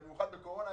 במיוחד בקורונה,